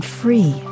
free